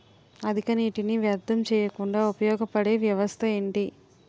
అధిక నీటినీ వ్యర్థం చేయకుండా ఉపయోగ పడే వ్యవస్థ ఏంటి